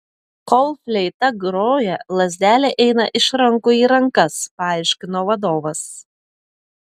kol fleita groja lazdelė eina iš rankų į rankas paaiškino vadovas